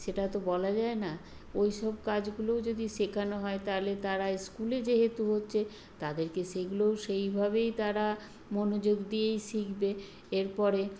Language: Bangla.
সেটা তো বলা যায় না ওই সব কাজগুলোও যদি শেখানো হয় তাহলে তারা স্কুলে যেহেতু হচ্ছে তাদেরকে সেইগুলোও সেইভাবেই তারা মনোযোগ দিয়েই শিখবে এর পরে